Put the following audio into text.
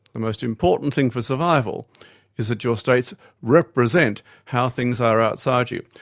the most important thing for survival is that your states represent how things are outside you.